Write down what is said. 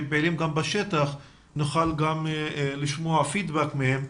פעילים גם בשטח ונוכל גם לשמוע פידבק מהם,